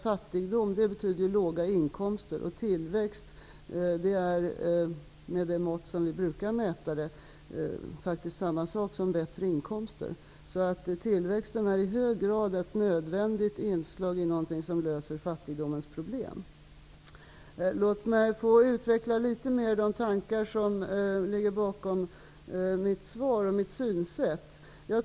Fattigdom betyder låga inkomster. Tillväxt är, med det mått som vi brukar mäta den, faktiskt samma sak som bättre inkomster. Tillväxten är i hög grad ett nödvändigt inslag i någonting som löser fattigdomens problem. Låt mig litet mer få utveckla de tankar som ligger bakom mitt svar och mitt synsätt.